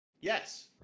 Yes